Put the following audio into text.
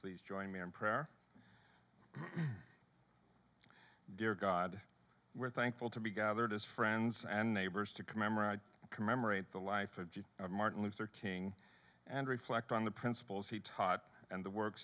please join me in prayer dear god we're thankful to be gathered as friends and neighbors to commemorate commemorate the life of martin luther king and reflect on the principles he taught and the work